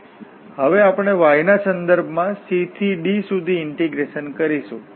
તેથી હવે આપણે y ના સંદર્ભમાં c થી d સુધી ઇન્ટીગ્રેશન કરીશું